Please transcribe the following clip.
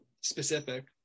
specific